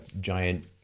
giant